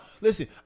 listen